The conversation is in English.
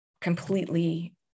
completely